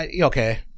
okay